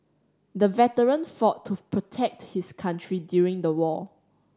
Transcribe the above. the veteran fought to protect his country during the war